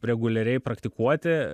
reguliariai praktikuoti